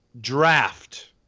draft